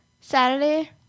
Saturday